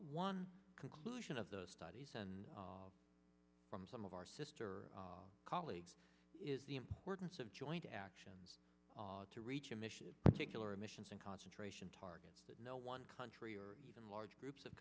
one conclusion of those studies and from some of our sister colleagues is the importance of joint actions to reach emission that particular emissions and concentration targets that no one country or even large groups of